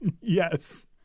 Yes